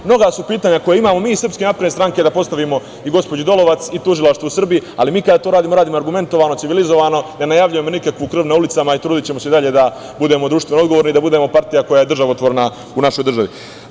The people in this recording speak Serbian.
Mnoga su pitanja koja imamo mi iz SNS, da postavimo i gospođi Dolovac, i tužilaštvu Srbije, ali mi kada to radimo, radimo argumentovano, civilizovano, ne najavljujemo nikakvu krv na ulicama i trudićemo se i dalje da budemo društveno odgovorni, da budemo partija koja je državotvorna u našoj državi.